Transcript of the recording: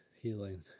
healing